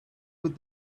with